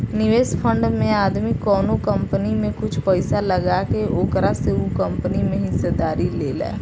निवेश फंड में आदमी कवनो कंपनी में कुछ पइसा लगा के ओकरा से उ कंपनी में हिस्सेदारी लेला